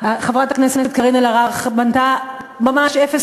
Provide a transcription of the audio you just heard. חברת הכנסת קארין אלהרר מנתה ממש אפס